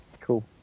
Cool